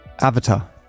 Avatar